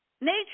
nature